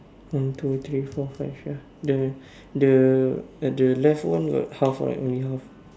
one two three four five ya the the the left one got half right only half